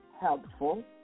helpful